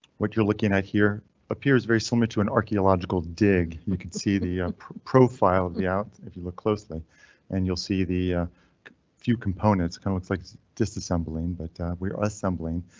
what you're looking at here appears very so similar to an archaeological dig. you could see the profile of the out if you look closely and you'll see the few components kinda looks like disassembling, but we're assembling.